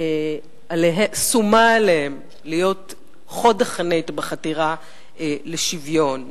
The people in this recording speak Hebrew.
שומה עליהם להיות חוד החנית בחתירה לשוויון,